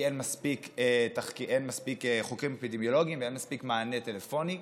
כי אין מספיק חוקרים אפידמיולוגיים ואין מספיק מענה טלפוני,